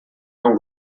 não